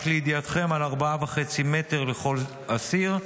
רק לידיעתכם, על 4.5 מטר לכל אסיר,